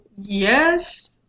yes